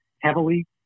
heavily